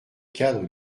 cadre